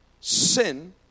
sin